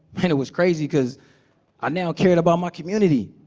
and it was crazy because i now cared about my community.